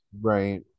Right